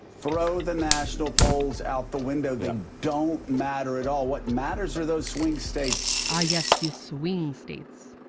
throw the national polls out the window, they don't matter at all. what matters are those swing states. ah yes. the swing states.